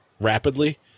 rapidly